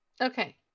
Okay